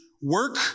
Work